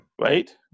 right